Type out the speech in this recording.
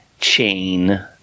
Chain